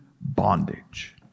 bondage